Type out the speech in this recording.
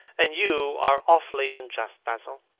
and you are awfully unjust, basil.